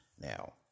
Now